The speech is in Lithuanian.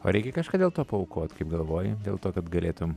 ar reikia kažką dėl to paaukot kaip galvoji dėl to kad galėtum